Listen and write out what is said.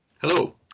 Hello